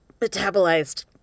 Metabolized